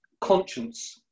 conscience